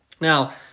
Now